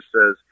says